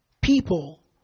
people